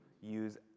use